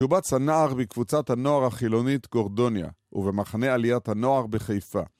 תובצ הנער בקבוצת הנוער החילונית גורדוניה ובמחנה עליית הנוער בחיפה